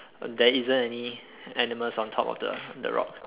there isn't any animals on top of the the rock